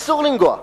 אסור לנגוע.